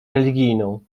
religijną